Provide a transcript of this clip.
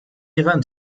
event